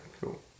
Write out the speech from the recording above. cool